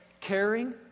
caring